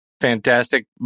Fantastic